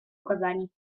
указаний